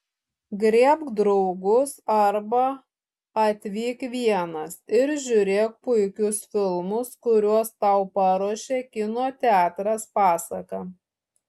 griebk draugus arba atvyk vienas ir žiūrėk puikius filmus kuriuos tau paruošė kino teatras pasaka